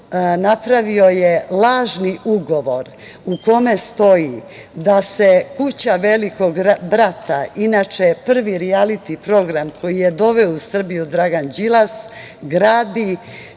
Napravio je lažni ugovor u kome stoji da se kuća Velikog brata, inače prvi rijaliti program koji je doveo u Srbiju Dragan Đilas, gradi